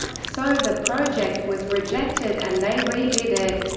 so the project was rejected and they redid it.